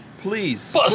Please